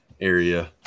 area